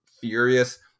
furious